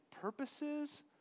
purposes